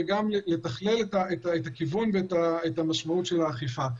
וגם לתכלל את הכיוון ואת המשמעות של האכיפה.